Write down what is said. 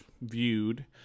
viewed